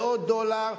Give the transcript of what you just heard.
ועוד דולר,